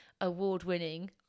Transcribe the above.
award-winning